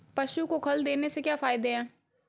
पशु को खल देने से क्या फायदे हैं?